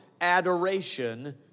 adoration